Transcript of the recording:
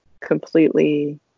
completely